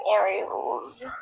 aerials